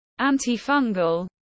antifungal